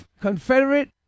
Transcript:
Confederate